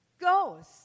goes